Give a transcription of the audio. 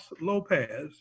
lopez